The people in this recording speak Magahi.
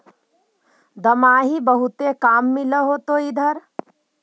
दमाहि बहुते काम मिल होतो इधर?